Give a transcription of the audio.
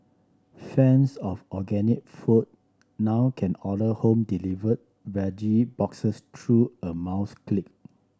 fans of organic food now can order home delivered veggie boxes through a mouse click